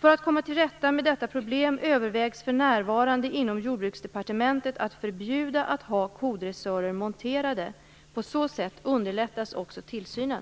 För att man skall komma till rätta med detta problem överväger man för närvarande inom Jordbruksdepartementet ett förbud mot att ha kodressörer monterade. På så sätt underlättas också tillsynen.